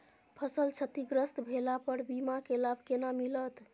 फसल क्षतिग्रस्त भेला पर बीमा के लाभ केना मिलत?